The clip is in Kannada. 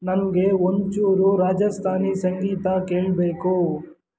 ನನಗೆ ಒಂಚೂರು ರಾಜಸ್ಥಾನಿ ಸಂಗೀತ ಕೇಳಬೇಕು